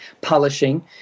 polishing